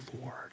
Lord